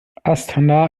astana